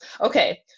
okay